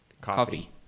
Coffee